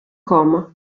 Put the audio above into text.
coma